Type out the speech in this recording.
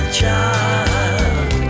child